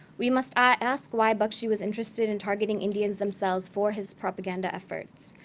we must ah ask why bakshi was interested in targeting indians themselves for his propaganda efforts.